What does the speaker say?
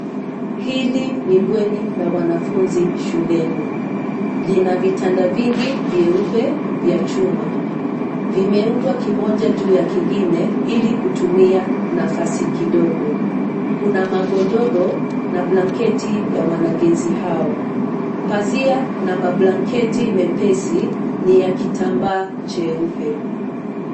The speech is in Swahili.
Hili ni bweni la wanafunzi shuleni lina vitanda vingi vyeupe vya chuma vimeundwa kimoja juu ya kingine ili kutumia nafasi kidogo kuna magodoro na blanketi ya wanagensi hao pazia na mablanketi mepesi ni yakitambaa cheupe.